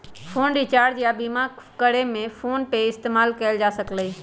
phone recharge या बीमा करे में फोनपे के इस्तेमाल कएल जा सकलई ह